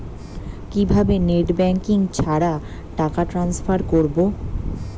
কিভাবে net banking ছাড়া টাকা টান্সফার করব?